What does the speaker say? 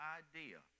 idea